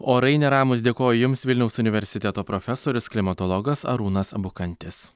orai neramūs dėkoju jums vilniaus universiteto profesorius klimatologas arūnas bukantis